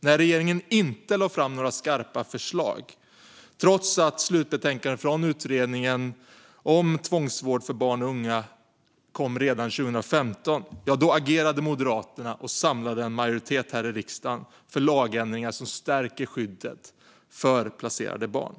När regeringen inte lade fram några skarpa lagförslag trots att slutbetänkandet från Utredningen om tvångsvård för barn och unga kom redan 2015 agerade Moderaterna och samlade en majoritet här i riksdagen för lagändringar som stärker skyddet för placerade barn.